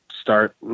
start